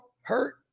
hurt